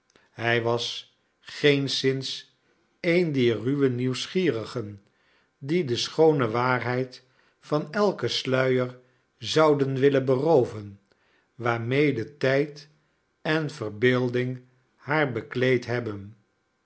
hij was geenszins een dier ruwe nieuwsgierigen die de schoone waarheid van elken sluier zouden willen berooven waarmede tijd en verbeelding haar bekleed hebben